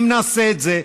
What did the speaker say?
אם נעשה את זה,